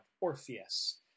Orpheus